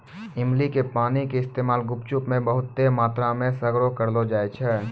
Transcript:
इमली के पानी के इस्तेमाल गुपचुप मे बहुते मात्रामे सगरे करलो जाय छै